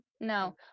No